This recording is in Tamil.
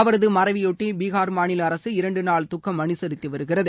அவரது மறைவையொட்டி பீகார் மாநில அரசு இரண்டு நாள் துக்கம் அனுசரித்து வருகிறது